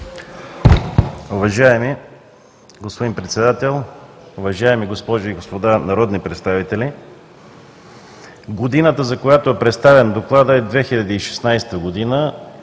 Уважаеми господин Председател, уважаеми госпожи и господа народни представители! Годината, за която е представен Докладът, е 2016 г.